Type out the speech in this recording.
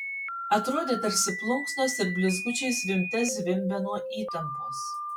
atrodė tarsi plunksnos ir blizgučiai zvimbte zvimbia nuo įtampos